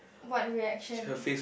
what reaction